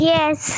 Yes